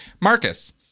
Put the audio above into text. Marcus